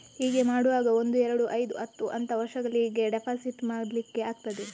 ಹೀಗೆ ಮಾಡುವಾಗ ಒಂದು, ಎರಡು, ಐದು, ಹತ್ತು ಅಂತ ವರ್ಷಗಳಿಗೆ ಡೆಪಾಸಿಟ್ ಮಾಡ್ಲಿಕ್ಕೆ ಆಗ್ತದೆ